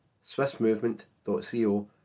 SwissMovement.co